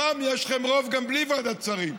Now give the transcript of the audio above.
שם יש לכם רוב גם בלי ועדת שרים.